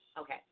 Okay